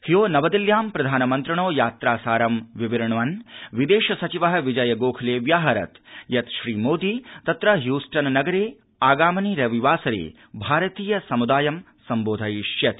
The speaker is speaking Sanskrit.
ह्यो नवदिल्ल्यां प्रधामन्त्रिणो यात्रासारं विवृण्वन् विदेश सचिवः विजय गोखले व्याहरत् यत् श्रीमोदी तत्र ह्यस्टन् नगरे आगामिनि रवि वासरे भारतीय समुदायं समुद्रोधयिष्यति